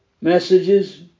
messages